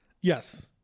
Yes